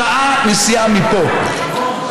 שעה נסיעה מפה,